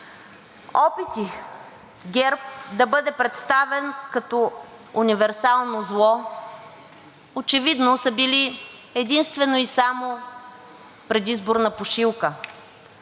Опитите ГЕРБ да бъде представен като универсално зло очевидно са били единствено и само предизборна пушилка